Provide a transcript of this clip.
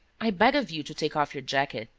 i beg of you to take off your jacket.